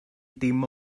dim